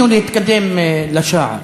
וניסינו להתקדם לשער.